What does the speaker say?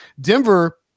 denver